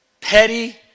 petty